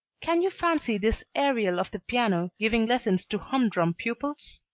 can you fancy this ariel of the piano giving lessons to hum-drum pupils!